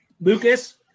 Lucas